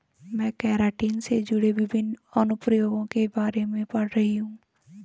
मैं केराटिन से जुड़े विभिन्न अनुप्रयोगों के बारे में पढ़ रही हूं